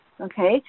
okay